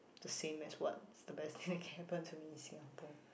the same as what's the best thing that can happen to me in Singapore